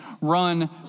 run